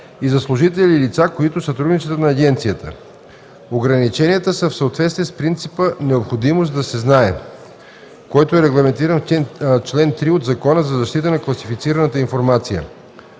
и за служители и лица, които сътрудничат на агенцията. Ограниченията са в съответствие с принципа „необходимост да се знае“, който е регламентиран в чл. 3 от Закона за защита на класифицираната информация.